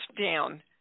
down